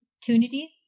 opportunities